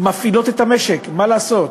שמפעילות את המשק, מה לעשות.